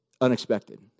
unexpected